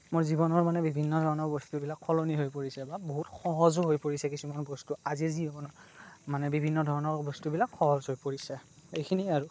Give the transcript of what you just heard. মোৰ জীৱনৰ মানে বিভিন্ন ধৰণৰ বস্তুবিলাক সলনি হৈ পৰিছে বা বহুত সহজো হৈ পৰিছে কিছুমান বস্তু আজি যি আপোনাৰ মানে বিভিন্ন ধৰণৰ বস্তুবিলাক সহজ হৈ পৰিছে এইখিনিয়েই আৰু